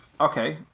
Okay